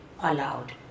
allowed